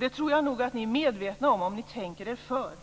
Det tror jag nog att ni, om ni tänker er för, är medvetna